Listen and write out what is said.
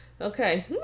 okay